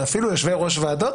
ויותר מזה,